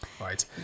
right